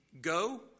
Go